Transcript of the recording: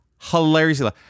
hilariously